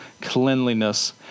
cleanliness